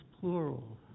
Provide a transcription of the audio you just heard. plural